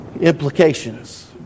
implications